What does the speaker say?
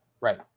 Right